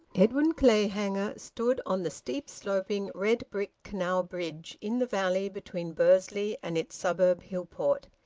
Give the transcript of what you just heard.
edwin clayhanger stood on the steep-sloping, red-bricked canal bridge, in the valley between bursley and its suburb hillport.